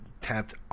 tapped